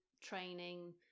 training